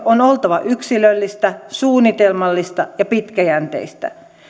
on oltava yksilöllistä suunnitelmallista ja pitkäjänteistä